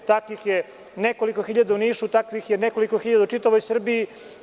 Takvih je nekoliko hiljada u Nišu i takvih je nekoliko hiljada u čitavoj Srbiji.